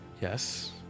Yes